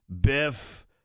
Biff